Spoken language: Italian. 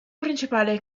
principale